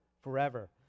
forever